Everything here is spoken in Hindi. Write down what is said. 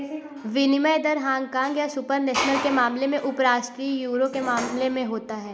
विनिमय दर हांगकांग या सुपर नेशनल के मामले में उपराष्ट्रीय यूरो के मामले में होता है